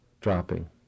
dropping